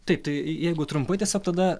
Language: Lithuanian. taip tai jeigu trumpai tiesiog tada